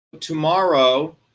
tomorrow